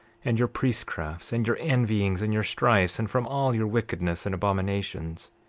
and your priestcrafts, and your envyings, and your strifes, and from all your wickedness and abominations,